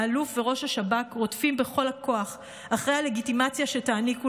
האלוף וראש השב"כ רודפים בכל הכוח אחרי הלגיטימציה שתעניקו